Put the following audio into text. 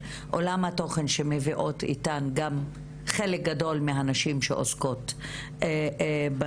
עולם התוכן שמביאות איתן גם חלק גדול מהנשים שעוסקות בנושא.